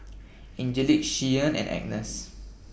Angelic Shyann and Agness